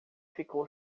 ficou